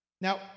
Now